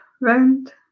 round